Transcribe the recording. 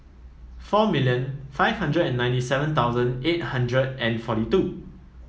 four million five hundred and ninety seven thousand eight hundred and forty two